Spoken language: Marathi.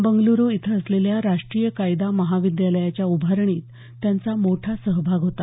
बंगल्रू इथे असलेल्या राष्ट्रीय कायदा महाविद्यालयाच्या उभारणीत त्यांचा मोठा सहभाग होता